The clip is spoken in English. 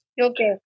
Okay